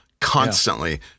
constantly